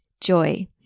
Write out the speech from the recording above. joy